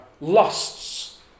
lusts